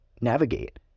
navigate